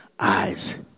eyes